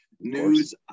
news